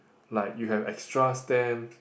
like you have extra stamps